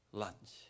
lunch